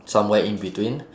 somewhere in between